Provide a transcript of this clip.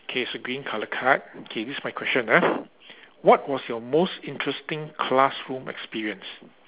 okay so green color card okay this my question ah what was your most interesting classroom experience